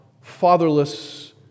fatherless